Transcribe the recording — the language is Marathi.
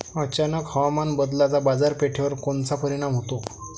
अचानक हवामान बदलाचा बाजारपेठेवर कोनचा परिणाम होतो?